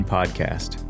Podcast